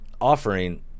offering